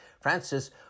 Francis